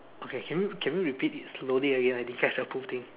okay can you can you repeat it slowly again I didn't catch the whole thing